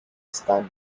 istanbul